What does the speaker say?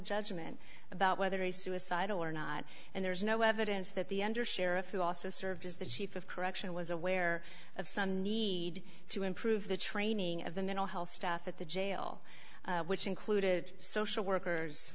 judgment about whether a suicide or not and there is no evidence that the undersheriff who also served as the chief of correction was aware of some need to improve the training of the mental health staff at the jail which included social workers